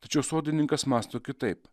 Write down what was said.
tačiau sodininkas mąsto kitaip